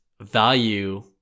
value